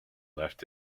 left